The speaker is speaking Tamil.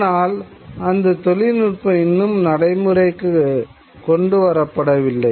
ஆனால் அந்த தொழில்நுட்பங்கள் இன்னும் நடைமுறைக்கு கொண்டு வரப்படவில்லை